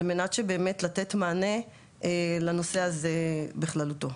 על מנת שבאמת לתת מענה לנושא הזה בכללותו.